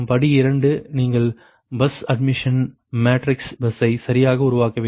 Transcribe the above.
படி 2 நீங்கள் bus admission matrix Y பஸ்ஸை சரியாக உருவாக்க வேண்டும்